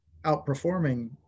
outperforming